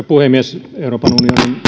puhemies